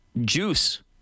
Juice